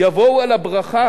יבואו על הברכה